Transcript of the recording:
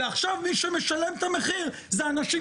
ועכשיו מי שמשלם את המחיר אלו אנשים